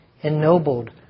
ennobled